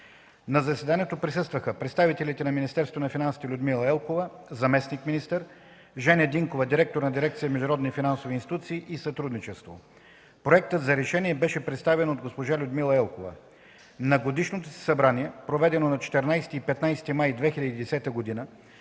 На заседанието присъстваха представителите на Министерството на финансите: Людмила Елкова – заместник министър, Женя Динкова – директор на дирекция „Международни финансови институции и сътрудничество”. Проектът за решение беше представен от госпожа Людмила Елкова. На годишното си събрание, проведено на 14 и 15 май 2010 г.,